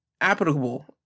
applicable